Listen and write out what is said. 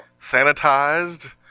sanitized